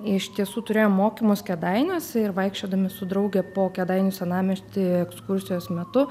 iš tiesų turėjom mokymus kėdainiuose ir vaikščiodami su drauge po kėdainių senamiestį ekskursijos metu